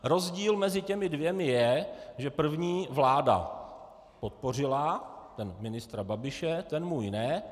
Rozdíl mezi těmi dvěma je, že první vláda podpořila, ten ministra Babiše, ten můj ne.